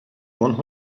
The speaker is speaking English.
want